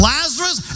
Lazarus